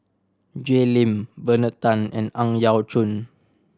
Jay Lim Bernard Tan and Ang Yau Choon